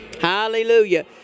Hallelujah